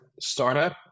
startup